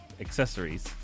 accessories